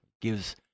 gives